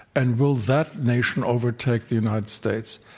and will that nation overtake the united states?